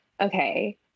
okay